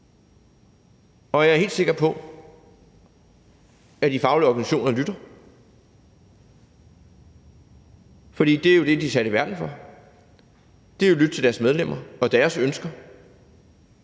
og jeg er helt sikker på, at de faglige organisationer lytter. For det er jo det, som de er sat i verden for, altså at lytte til deres medlemmer og deres ønsker,